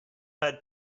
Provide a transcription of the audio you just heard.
had